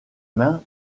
mains